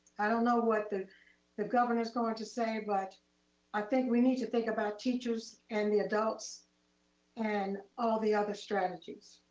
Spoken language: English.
i don't know what the the governor's going to say, but i think we need to think about teachers and the adults and all the other strategies.